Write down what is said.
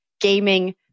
gaming